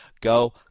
Go